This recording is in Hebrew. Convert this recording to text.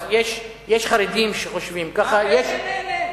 אז יש חרדים שחושבים ככה, יש, אין, אין.